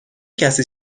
کسی